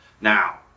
Now